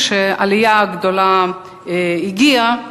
כשהעלייה הגדולה הגיעה,